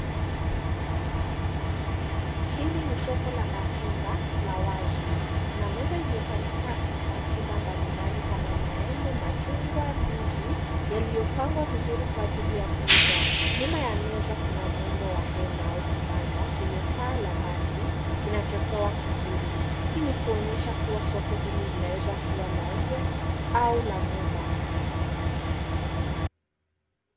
Hili ni soko la matunda la wazi, kuna meza iliyopangika matunda mbalimbali kama maembe, machungwa, ndizi yaliyopangwa vizuri kwa ajili ya kuuza. Nyuma ya meza kuna muundo wa hema au kibanda chenye paa la bati kinachotoa kivuli. Hii ni kuonyesha kuwa soko hili linaweza kuwa la nje au la muda.